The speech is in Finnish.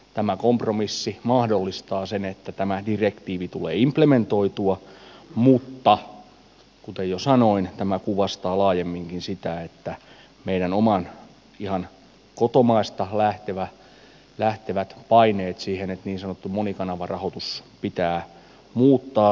tämä kompromissi mahdollistaa sen että tämä direktiivi tulee implementoitua mutta kuten jo sanoin tämä kuvastaa laajemminkin sitä että ihan meidän omasta kotomaastamme lähtevät paineet siihen että niin sanottu monikanavarahoitus pitää muuttaa